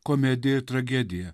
komedija tragedija